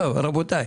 רבותיי,